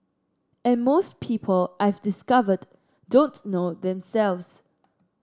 and most people I've discovered don't know themselves